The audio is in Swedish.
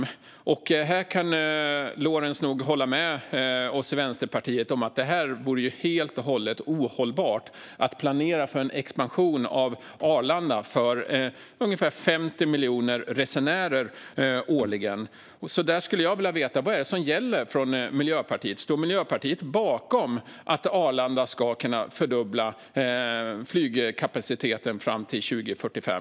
Lorentz kan nog hålla med oss i Vänsterpartiet om att det vore helt ohållbart att planera för en expansion av Arlanda för ungefär 50 miljoner resenärer årligen. Där skulle jag vilja veta: Vad är det som gäller för Miljöpartiet? Står Miljöpartiet bakom att Arlanda ska kunna fördubbla flygkapaciteten fram till 2045?